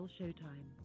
showtime